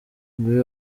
nguwo